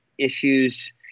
issues